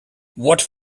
what